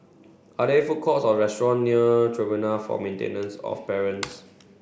are there food courts or restaurants near Tribunal for Maintenance of Parents